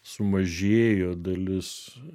sumažėjo dalis